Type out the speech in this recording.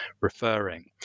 referring